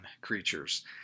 creatures